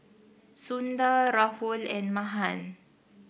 Sundar Rahul and Mahan